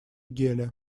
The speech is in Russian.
геля